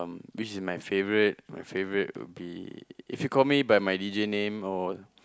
which is my favourite my favourite would be if you call me by my D_J name or